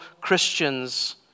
Christians